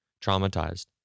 traumatized